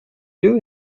yeux